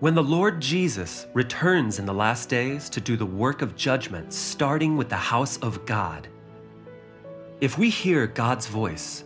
when the lord jesus returns in the last days to do the work of judgment starting with the house of god if we hear god's voice